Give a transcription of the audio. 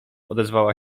odezwała